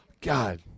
God